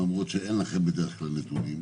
למרות שאין לכם בדרך כלל נתונים,